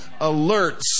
alerts